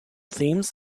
themes